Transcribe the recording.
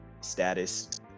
status